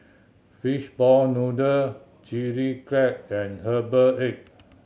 fishball noodle Chilli Crab and herbal egg